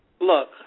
look